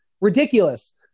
Ridiculous